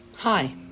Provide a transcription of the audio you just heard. Hi